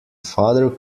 father